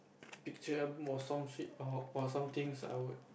picture or some shit or some things I would